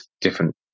different